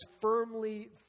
firmly